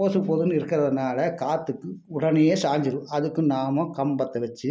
பொசு பொதுனு இருக்கிறதுனால காற்றுக்கு உடனே சாஞ்சிடும் அதுக்கு நாம் கம்பத்தை வச்சி